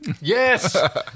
Yes